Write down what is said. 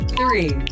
three